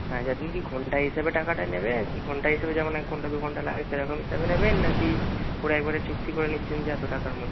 হ্যাঁ যে আপনি কি ঘণ্টা হিসাবে টাকাটা নেবেন ঘণ্টা হিসাবে যেমন এক ঘণ্টা দু ঘণ্টা লাগে সেরকম হিসাবে নেবেন নাকি পুরো একবারে চুক্তি করে নিচ্ছেন যে এত টাকার মধ্যে